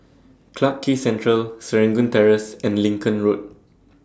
Clarke Quay Central Serangoon Terrace and Lincoln Road